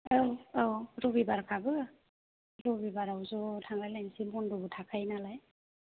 औ औ रबिबारखाबो रबिबाराव ज' थांलाय लायसै बन्द'बो थाखायो नालाय